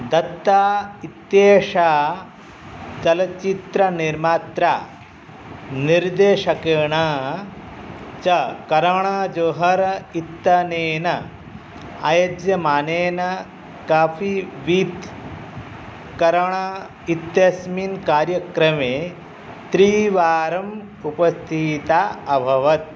दत्ता इत्येषा चलच्चित्रनिर्मात्रा निर्देशकेण च करणजोहर इत्यनेन आयोज्यमानेन काफ़ी विथ् करण इत्यस्मिन् कार्यक्रमे त्रीवारम् उपस्थिता अभवत्